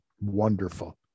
wonderful